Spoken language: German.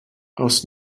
aus